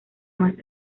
más